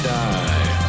die